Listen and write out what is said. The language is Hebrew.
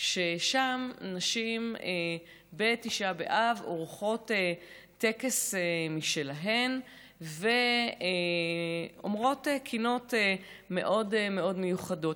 ששם נשים בתשעה באב עורכות טקס משלהן ואומרות קינות מאוד מאוד מיוחדות.